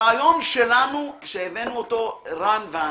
הרעיון שלנו, שהבאנו רן ואני,